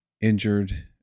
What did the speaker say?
injured